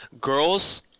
girls